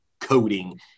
coding